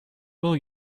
will